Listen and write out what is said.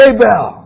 Abel